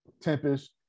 Tempest